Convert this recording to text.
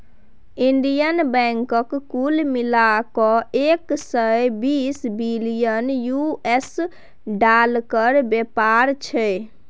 Indian बैंकक कुल मिला कए एक सय बीस बिलियन यु.एस डालरक बेपार छै